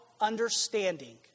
understanding